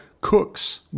Cooks